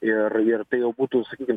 ir ir tai jau būtų sakykim